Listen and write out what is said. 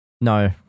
no